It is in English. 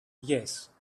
yes